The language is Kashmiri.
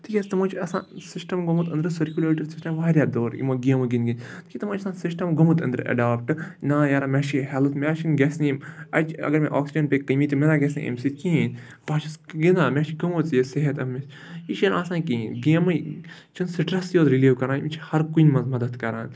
تِکیٛازِ تمَن چھِ آسان سِسٹَم گوٚمُت أنٛدرٕ سٕرکیوٗلیٹری سِسٹَم واریاہ دوٚر یِمو گیمو گِںٛدۍ گِنٛدۍ کیٛازِکہِ تِمَن چھِ آسان سِسٹَم گوٚمُت أنٛدرٕ اٮ۪ڈاپٹہٕ نا یارا میٛا چھِ ہٮ۪لٕتھ میٛا چھِنہٕ گژھِ نہٕ یِم اَتہِ چھِ اگر مےٚ آکسیٖجَن پے کٔمی تہِ مےٚ نا گژھِ نہٕ امہِ سۭتۍ کِہیٖنۍ پَتہٕ چھِ سُہ گِنٛدان میٛا چھِ گٔمٕژ یہِ صحت أمِس یہِ چھِنہٕ آسان کِہیٖنۍ گیمہٕ چھِنہٕ سٕٹرٛسٕے یوت رِلیٖو کَران یِم چھِ ہرکُنہِ منٛز مَدَد کَران